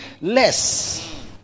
less